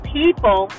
people